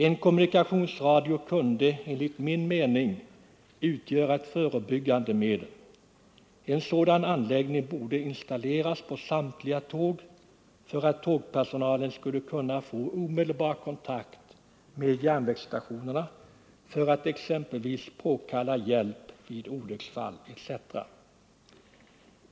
En kommunikationsradio kunde enligt min mening utgöra ett förebyggande medel. En sådan anläggning borde installeras på samtliga tåg för att tågpersonalen skulle kunna få omedelbar kontakt med järnvägsstationerna för att exempelvis påkalla hjälp vid olycksfall etc.